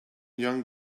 young